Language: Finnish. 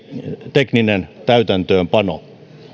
tekninen täytäntöönpano